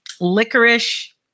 licorice